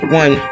one